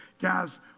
guys